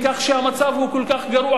כך שהמצב כל כך גרוע,